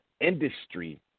industry